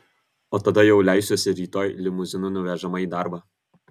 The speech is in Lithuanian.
o tada jau leisiuosi rytoj limuzinu nuvežama į darbą